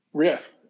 Yes